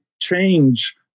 change